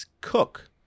cook